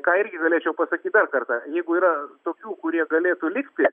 ką ir galėčiau pasakyt dar kartą jeigu yra tokių kurie galėtų likti